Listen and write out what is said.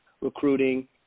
recruiting